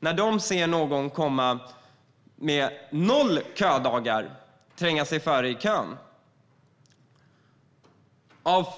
När de ser andra människor komma med noll ködagar och tränga sig före i kön,